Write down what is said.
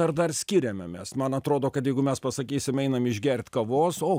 ar dar skiriame mes man atrodo kad jeigu mes pasakysim einam išgert kavos o